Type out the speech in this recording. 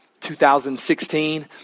2016